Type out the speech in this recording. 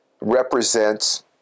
represents